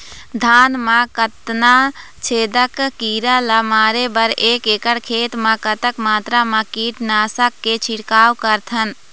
धान मा कतना छेदक कीरा ला मारे बर एक एकड़ खेत मा कतक मात्रा मा कीट नासक के छिड़काव कर सकथन?